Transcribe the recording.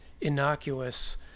innocuous